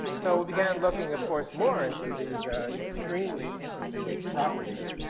so, we began looking, of course, more into these extremely interesting properties.